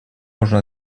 можно